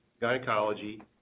gynecology